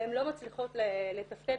והן לא מצליחות לתפקד,